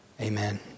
Amen